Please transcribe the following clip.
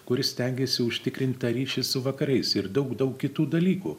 kuris stengėsi užtikrint tą ryšį su vakarais ir daug daug kitų dalykų